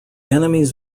enemies